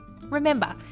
Remember